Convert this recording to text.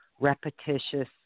repetitious